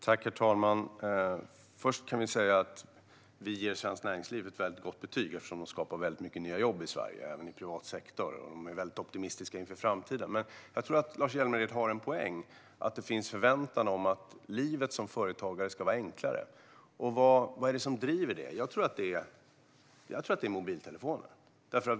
Herr talman! Först ger vi Svenskt Näringsliv ett väldigt gott betyg, efter det skapar väldigt mycket nya jobb i Sverige även i privat sektor. De är väldigt optimistiska inför framtiden. Jag tror att Lars Hjälmered har en poäng. Det finns en förväntan om att livet som företagare ska vara enklare. Vad är det som driver det? Jag tror att det är mobiltelefonerna.